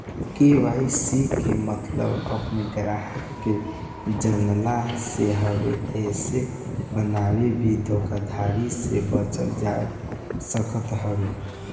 KYC के मतलब अपनी ग्राहक के जनला से हवे एसे कवनो भी धोखाधड़ी से बचल जा सकत हवे